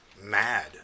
mad